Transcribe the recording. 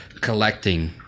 collecting